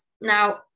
Now